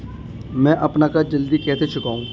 मैं अपना कर्ज जल्दी कैसे चुकाऊं?